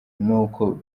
n’uko